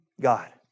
God